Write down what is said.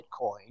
Bitcoin